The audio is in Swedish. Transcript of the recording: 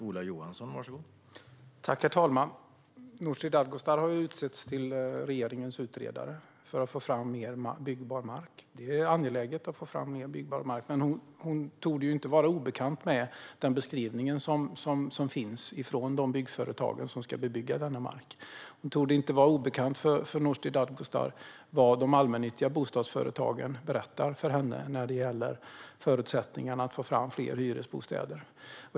Herr talman! Nooshi Dadgostar har utsetts till regeringens utredare för att få fram mer byggbar mark, något som är angeläget. Det torde inte vara obekant för Nooshi Dadgostar vad som sägs i den beskrivning som finns från de byggföretag som ska bebygga marken. Det torde inte vara obekant för Nooshi Dadgostar vad de allmännyttiga bostadsföretagen berättar för henne när det gäller förutsättningarna för att få fram fler hyresbostäder.